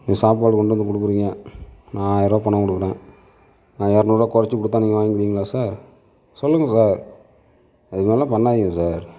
இது சாப்பாடு கொண்டு வந்து கொடுக்குறீங்க நான் ஆயிரம் ரூபா பணம் கொடுக்குறேன் இரநூறு ரூபா குறைச்சி கொடுத்தா நீங்கள் வாங்கிப்பீங்களா சார் சொல்லுங்க சார் இது மாதிரிலாம் பண்ணாதீங்க சார்